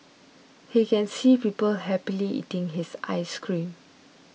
he can see people happily eating his ice cream